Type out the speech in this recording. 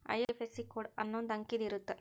IFSC code ಅನ್ನೊಂದ್ ಅಂಕಿದ್ ಇರುತ್ತ